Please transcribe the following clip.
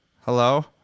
Hello